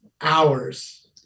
hours